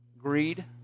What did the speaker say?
Greed